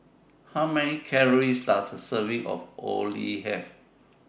How Many Calories Does A Serving of Orh Nee Have